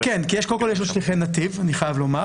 כן, כי יש קודם כל את שליחי נתיב, אני חייב לומר.